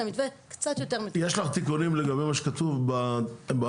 למתווה קצת יותר --- יש לך תיקונים לגבי מה שכתוב בהערות?